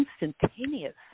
instantaneous